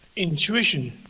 intuition.